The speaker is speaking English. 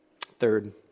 Third